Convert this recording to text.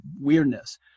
weirdness